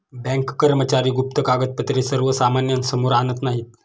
bank कर्मचारी गुप्त कागदपत्रे सर्वसामान्यांसमोर आणत नाहीत